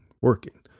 working